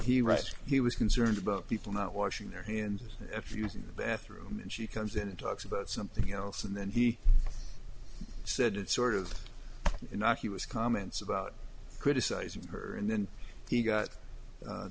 rest he was concerned about people not washing their hands if using the bathroom and she comes in and talks about something else and then he said sort of innocuous comments about criticizing her and then he got